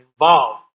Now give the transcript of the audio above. involved